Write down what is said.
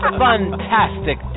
fantastic